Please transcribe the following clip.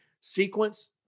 sequence